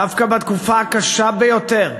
דווקא בתקופה הקשה ביותר,